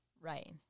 Right